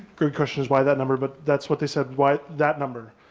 good question is why that number, but that's what they said, why that number,